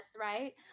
right